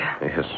Yes